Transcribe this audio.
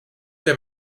der